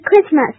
Christmas